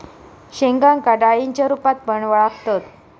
शेंगांका डाळींच्या रूपात पण वळाखतत